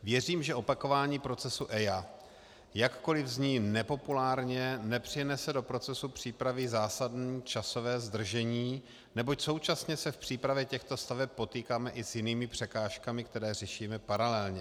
Věřím, že opakování procesu EIA, jakkoliv zní nepopulárně, nepřinese do procesu přípravy zásadní časové zdržení, neboť současně se v přípravě těchto staveb potýkáme i s jinými překážkami, které řešíme paralelně.